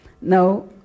Now